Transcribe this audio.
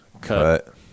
Cut